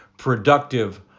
productive